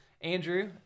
Andrew